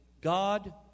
God